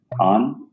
on